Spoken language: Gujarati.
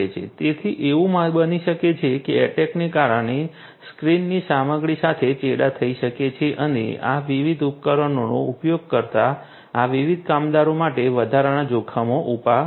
તેથી એવું બની શકે છે કે અટૅકને કારણે સ્ક્રીનની સામગ્રી સાથે ચેડા થઈ શકે છે અને તે આ વિવિધ ઉપકરણોનો ઉપયોગ કરતા આ વિવિધ કામદારો માટે વધારાના જોખમો ઉભા કરશે